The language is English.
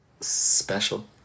special